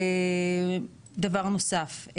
דבר נוסף,